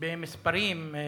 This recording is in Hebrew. להסביר במספרים: